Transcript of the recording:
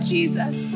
Jesus